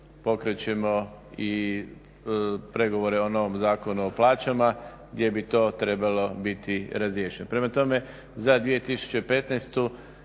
pokrećemo i pregovore o novom Zakonu o plaćama gdje bi to trebalo biti razriješeno. Prema tome, za 2015.